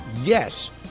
Yes